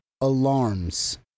alarms